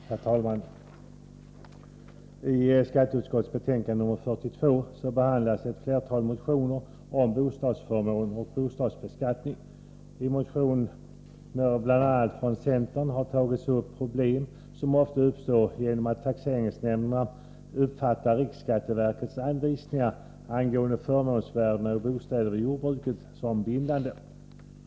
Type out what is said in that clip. Herr talman! I skatteutskottets betänkande nr 42 behandlas ett flertal motioner om bostadsförmån och bostadsbeskattning. Bl. a. i en motion från centern har tagits upp problem, som ofta uppstår genom att taxeringsnämnderna uppfattar riksskatteverkets anvisningar angående förmånsvärdena på bostäderna i jordbruket såsom bindande.